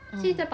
ah